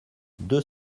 deux